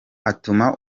atuma